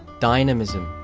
dynamism,